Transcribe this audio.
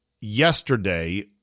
yesterday